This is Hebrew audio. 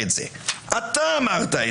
תצאי, בבקשה.